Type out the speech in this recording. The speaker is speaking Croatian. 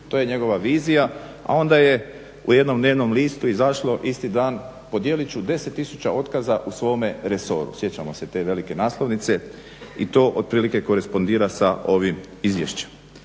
To je njegova vizija, a onda je u jednom dnevnom listu izašlo isti dan podijelit ću 10 000 otkaza u svome resoru, sjećamo se te velike naslovnice. I to otprilike korespondira sa ovim izvješćem.